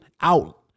out